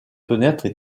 fenêtres